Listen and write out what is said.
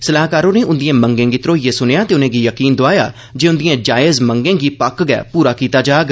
सलाहकार होरे उंदिए मंगे गी घरोईयै सुनेआ ते उनेंगी यकीन दोआया जे उंदिए जायज मंगें गी पक्क गै पूरा कीता जाग